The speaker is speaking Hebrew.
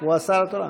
הוא השר התורן.